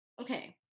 Okay